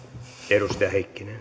arvoisa